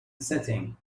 setting